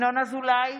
ינון אזולאי,